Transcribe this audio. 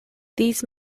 these